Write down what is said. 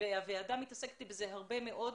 והוועדה עוסקת בזה הרבה מאוד,